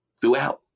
throughout